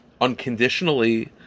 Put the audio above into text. unconditionally